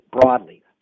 broadly